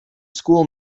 school